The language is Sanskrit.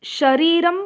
शरीरम्